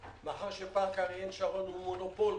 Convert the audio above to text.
מאחר שפארק אריאל שרון הוא מונופול,